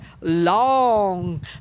long